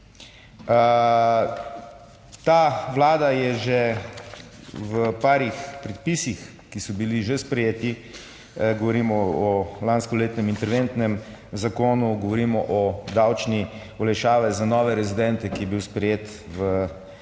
Ta Vlada je že v parih predpisih, ki so bili že sprejeti, govorimo o lanskoletnem interventnem zakonu, govorimo o davčni olajšavi za nove rezidente, ki je bil sprejet v sklopu